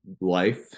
life